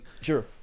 Sure